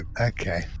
okay